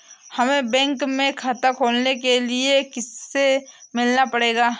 हमे बैंक में खाता खोलने के लिए किससे मिलना पड़ेगा?